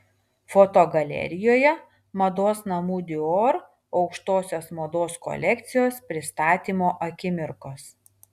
fotogalerijoje mados namų dior aukštosios mados kolekcijos pristatymo akimirkos